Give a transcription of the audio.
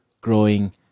growing